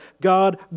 God